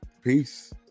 peace